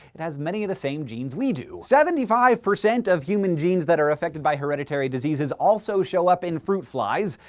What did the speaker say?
it has many of the same genes we do. seventy five percent of human genes that are affected by hereditary diseases also show up in fruit flies,